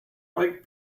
like